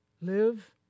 Live